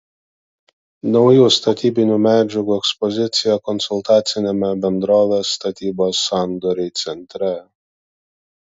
naujų statybinių medžiagų ekspozicija konsultaciniame bendrovės statybos sandoriai centre